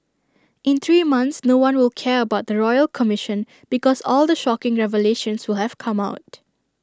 in three months no one will care about the royal commission because all the shocking revelations will have come out